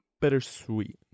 bittersweet